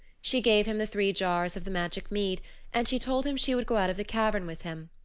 she gave him the three jars of the magic mead and she told him she would go out of the cavern with him.